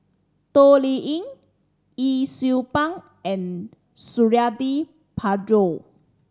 Toh Liying Yee Siew Pun and Suradi Parjo